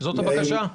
זאת הבקשה?